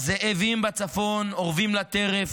הזאבים בצפון אורבים לטרף,